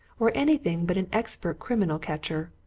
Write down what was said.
or anything but an expert criminal catcher.